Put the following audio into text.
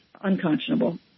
unconscionable